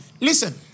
Listen